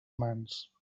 mans